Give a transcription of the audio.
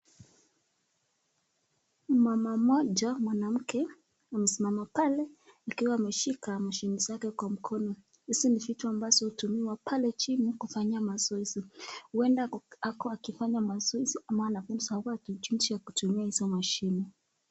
Mama mmoja mwanamke amesimama pale akiwa ameshika mashini zake kwa mkono. Hizi ni vitu ambazo hutumiwa pale chini kufanya mazoezi. Huenda ako akifanya mazoezi ama anafunza watu jinsi ya kutumia hizo mashini.